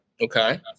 Okay